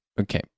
okay